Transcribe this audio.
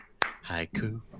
Haiku